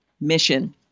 mission